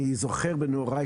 אני זוכר בנעוריי,